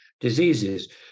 diseases